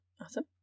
Awesome